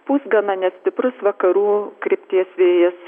pūs gana nestiprus vakarų krypties vėjas